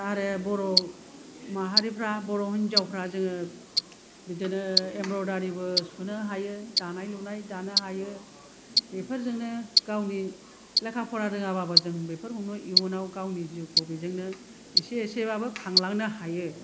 आरो बर' माहारिफ्रा बर' हिनजावफ्रा जोङो बिदिनो एमब्र'दारिबो सुनो हायो दानाय लुनाय दानो हायो बेफोरजोंनो गावनि लेखा फरा रोङाबाबो जों बेफोरखौनो इयुनाव गावनि जिउखौ बेजोंनो एसे एसेबाबो खांलांनो हायो